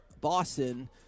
boston